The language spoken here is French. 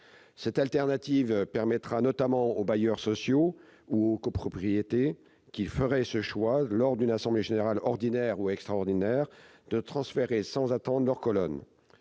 Cette alternative permettra notamment aux bailleurs sociaux ou aux copropriétés qui feraient ce choix lors d'une assemblée générale ordinaire ou extraordinaire de transférer sans attendre leurs colonnes.